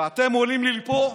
ואתם עולים לי פה,